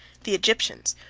the egyptians,